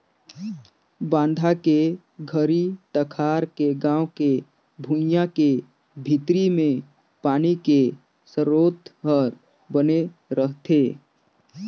बांधा के घरी तखार के गाँव के भुइंया के भीतरी मे पानी के सरोत हर बने रहथे